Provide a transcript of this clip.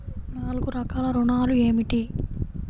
నాలుగు రకాల ఋణాలు ఏమిటీ?